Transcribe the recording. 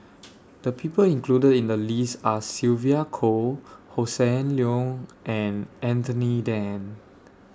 The People included in The list Are Sylvia Kho Hossan Leong and Anthony Then